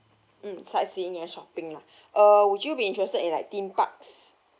mm sightseeing and shopping lah uh would you be interested in like theme parks